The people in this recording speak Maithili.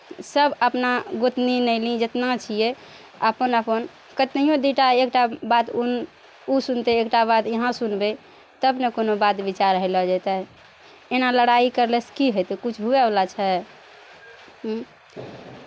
सभ अपना गोतनी नैनी जितना छियै अपन अपन कतनाइयो दुइ टा एक टा बात ओ ओ सुनतै एक टा बात अहाँ सुनबै तब ने कोनो बात विचार होय लए जेतै एना लड़ाइ करलेसँ की हेतै किछु हुएवला छै